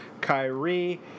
Kyrie